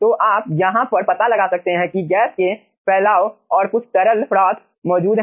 तो आप यहाँ पर पता लगा सकते हैं कि गैस के फैलाव और कुछ तरल फ्रॉथ मौजूद है